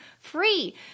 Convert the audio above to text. free